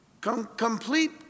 Complete